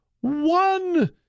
one